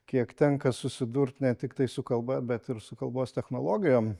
kiek tenka susidurt ne tiktai su kalba bet ir su kalbos technologijom